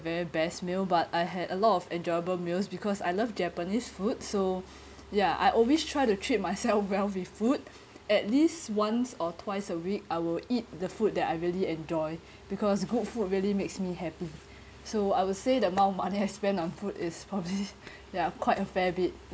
very best meal but I had a lot of enjoyable meals because I love Japanese food so ya I always try to treat myself well with food at least once or twice a week I will eat the food that I really enjoy because good foods really makes me happy so I would say the amount of money I spent on food is probably ya quite a fair bit